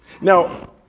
Now